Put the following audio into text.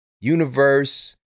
universe